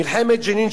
מלחמת ג'נין,